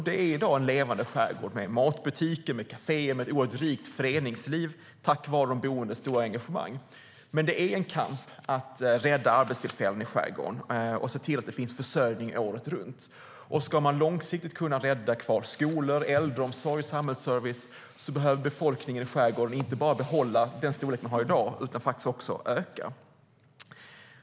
Det är en levande skärgård med matbutiker, kaféer och ett rikt föreningsliv tack vare de boendes stora engagemang. Det är dock en kamp att rädda arbetstillfällen i skärgården och se till att det finns försörjning året runt. Ska skolor, äldreomsorg och samhällsservice långsiktigt kunna räddas kvar behöver befolkningen i skärgården inte bara behålla dagens storlek utan öka.